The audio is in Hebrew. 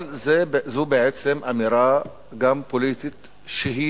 אבל זאת בעצם אמירה גם פוליטית שלא